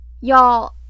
y'all